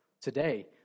Today